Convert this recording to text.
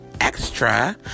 extra